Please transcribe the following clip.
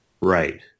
Right